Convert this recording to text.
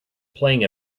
playing